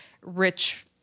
rich